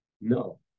no